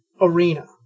arena